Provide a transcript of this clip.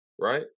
Right